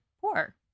poor